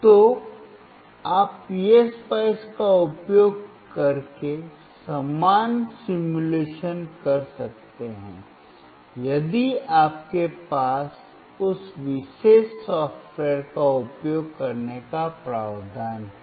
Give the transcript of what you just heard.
तो आप PSpice का उपयोग करके समान सिमुलेशन कर सकते हैं यदि आपके पास उस विशेष सॉफ़्टवेयर का उपयोग करने का प्रावधान है